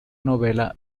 novela